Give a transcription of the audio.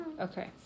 Okay